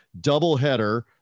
doubleheader